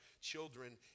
children